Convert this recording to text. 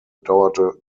dauerte